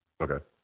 Okay